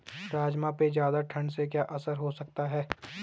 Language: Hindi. राजमा पे ज़्यादा ठण्ड से क्या असर हो सकता है?